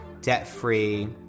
debt-free